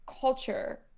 culture